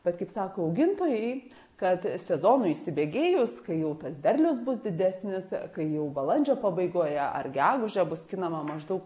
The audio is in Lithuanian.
bet kaip sako augintojai kad sezonui įsibėgėjus kai jau tas derlius bus didesnis kai jau balandžio pabaigoje ar gegužę bus skinama maždaug